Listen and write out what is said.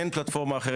אין פלטפורמה אחרת.